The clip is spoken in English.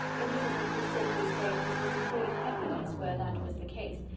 elizabeth could safely say that it was a great happiness where that was the case,